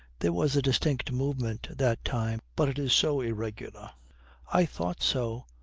there was a distinct movement that time, but it is so irregular i thought so,